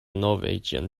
norwegian